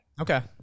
Okay